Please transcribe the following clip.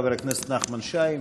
חבר הכנסת נחמן שי,